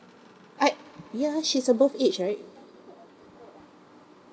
I ya she's above age right